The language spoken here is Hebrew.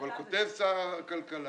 כותב שר הכלכלה.